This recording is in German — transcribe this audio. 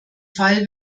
fall